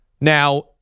Now